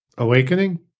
awakening